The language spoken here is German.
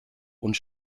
und